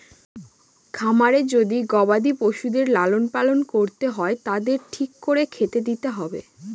খামারে যদি গবাদি পশুদের লালন পালন করতে হয় তাদের ঠিক করে খেতে দিতে হবে